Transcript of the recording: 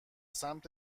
سمت